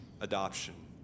adoption